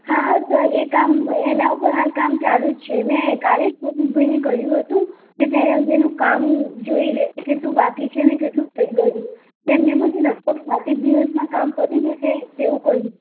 હા હા સર એ કામ એનાં ઉપર હાલ કામ ચાલું જ છે મેં કાલે જ પ્રતિકભાઈને કહ્યું હતું કે તે અંગેનું કામ જોઈ લે કે કેટલું બાકી છે અને કેટલું થઈ ગયું છે તેમણે મને લગભગ સાત એક દિવસમાં કામ પતી જશે તેવું કહ્યું